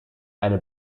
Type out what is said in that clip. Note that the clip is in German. eine